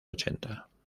ochenta